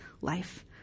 life